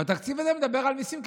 והתקציב הזה מדבר על מיסים,